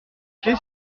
qu’est